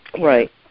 Right